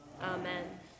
Amen